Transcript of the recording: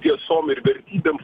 tiesom ir vertybėm